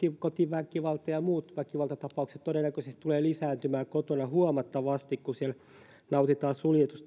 kotiväkivalta ja muut väkivaltatapaukset todennäköisesti tulevat lisääntymään kotona huomattavasti kun siellä suljetussa tilassa nautitaan